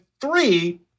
three